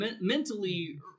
Mentally